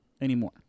anymore